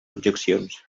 objeccions